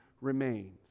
remains